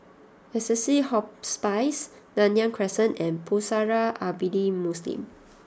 Assisi Hospice Nanyang Crescent and Pusara Abadi Muslim